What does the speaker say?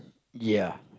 ya